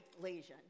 lesion